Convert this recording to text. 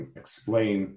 explain